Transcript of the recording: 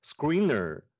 screener